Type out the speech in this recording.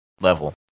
level